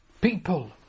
people